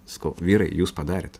sakau vyrai jūs padarėt